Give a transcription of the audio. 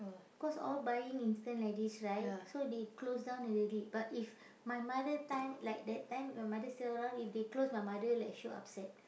cause all buying instant like this right so they close down already but if my mother time like that time my mother still around if they close my mother like she'll upset